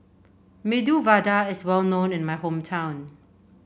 Medu Vada is well known in my hometown